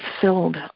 filled